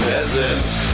Peasants